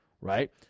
right